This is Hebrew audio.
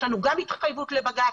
יש לנו גם התחייבות לבג"צ,